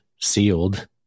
sealed